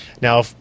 Now